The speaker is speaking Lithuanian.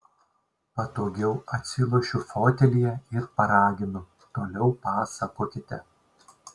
patogiau atsilošiu fotelyje ir paraginu toliau pasakokite